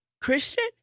Christian